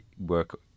work